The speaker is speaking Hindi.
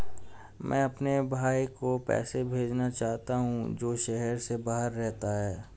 मैं अपने भाई को पैसे भेजना चाहता हूँ जो शहर से बाहर रहता है